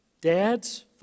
Dads